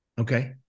Okay